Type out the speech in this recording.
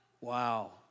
wow